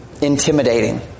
intimidating